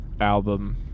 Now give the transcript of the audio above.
album